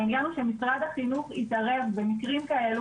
העניין הוא שמשרד החינוך התערב במקרים כאלו,